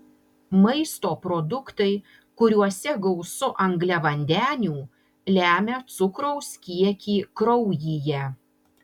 maisto produktai kuriuose gausu angliavandenių lemia cukraus kiekį kraujyje